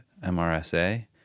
MRSA